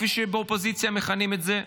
כפי שבאופוזיציה מכנים את זה.